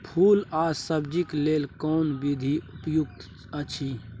फूल आ सब्जीक लेल कोन विधी उपयुक्त अछि?